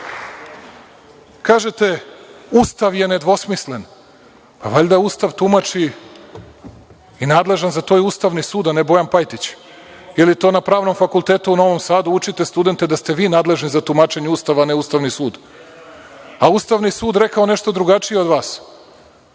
godina. Kažete, Ustav je nedvosmislen, pa valjda Ustav tumači i nadležan za to je Ustavni sud, a ne Bojan Pajtić, ili to na Pravnom fakultetu u Novom Sadu učite studente da ste vi nadležni za tumačenje Ustava, a ne Ustavni sud? A, Ustavni sud rekao nešto drugačije od vas.